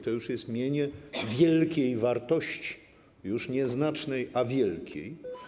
To już jest mienie wielkiej wartości - już nie znacznej, a wielkiej.